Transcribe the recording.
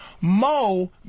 Mo